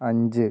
അഞ്ച്